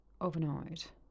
overnight